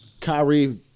Kyrie